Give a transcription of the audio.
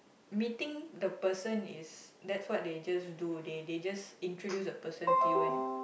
meeting the person is that's what they just do they they just introduce a person to you and